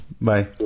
Bye